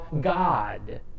God